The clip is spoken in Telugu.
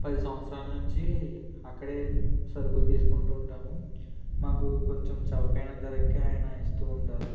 పది సంవత్సరాల నుంచి అక్కడే సరుకులు తీసుకుంటూ ఉంటాము మాకు కొంచెం చౌకైన ధరకే ఆయన ఇస్తూ ఉంటారు